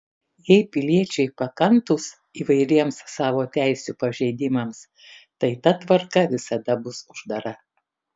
jei piliečiai pakantūs įvairiems savo teisių pažeidimams tai ta tvarka visada bus uždara